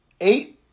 Eight